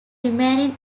remaining